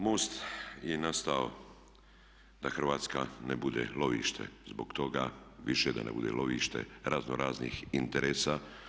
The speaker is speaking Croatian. MOST je nastao da Hrvatska ne bude lovište, zbog toga više da ne bude lovište razno raznih interesa.